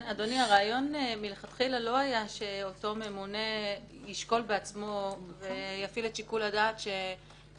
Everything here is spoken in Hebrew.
הרעיון מלכתחילה לא היה שאותו ממונה יפעיל את שיקול הדעת שאותו